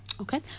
okay